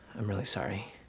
i'm really sorry.